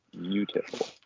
Beautiful